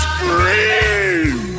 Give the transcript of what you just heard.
Scream